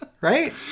Right